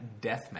deathmatch